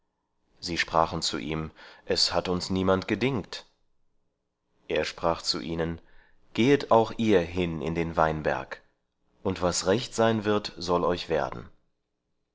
sie sprachen zu ihm es hat uns niemand gedingt er sprach zu ihnen gehet ihr auch hin in den weinberg und was recht sein wird soll euch werden